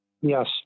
Yes